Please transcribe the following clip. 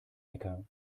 neckar